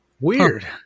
Weird